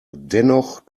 dennoch